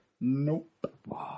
Nope